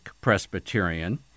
Presbyterian